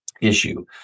issue